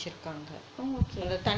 oh okay